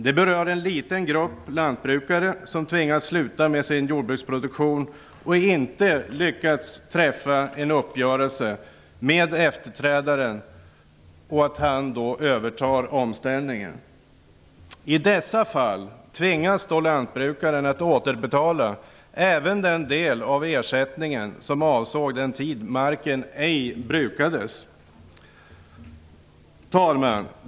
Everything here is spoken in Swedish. Det berör en liten grupp lantbrukare som tvingats sluta med sin jordbruksproduktion och som inte lyckats träffa uppgörelse med efterträdaren så att denne övertar omställningen. I dessa fall tvingas lantbrukaren att återbetala även den del av ersättningen som avsåg den tid marken ej brukades. Herr talman!